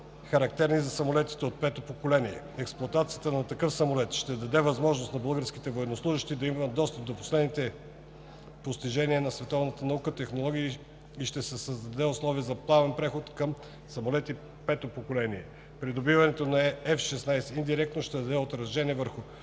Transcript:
характерни за самолетите пето поколение. Експлоатацията на такъв самолет ще даде възможност на българските военнослужещи да имат достъп до последните достижения на световната наука и технологии и ще създаде условия за плавен преход към самолети от пето поколение Придобиването на F-16 индиректно ще даде отражение върху